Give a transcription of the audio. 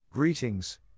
Greetings